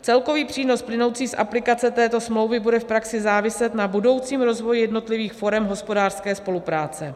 Celkový přínos plynoucí z aplikace této smlouvy bude v praxi záviset na budoucím rozvoji jednotlivých forem hospodářské spolupráce.